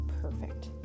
perfect